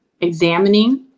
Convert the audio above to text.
examining